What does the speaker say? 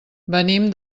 venim